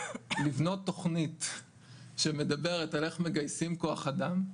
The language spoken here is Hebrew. לבנות תכנית שמדברת על איך מגייסים כוח אדם,